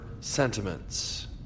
sentiments